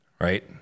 Right